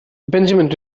benjamin